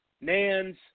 Nans